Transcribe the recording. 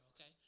okay